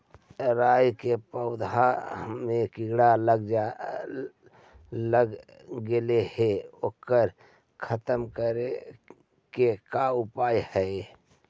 राई के पौधा में किड़ा लग गेले हे ओकर खत्म करे के का उपाय है?